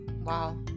wow